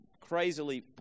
crazily